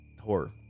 horror